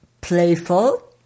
playful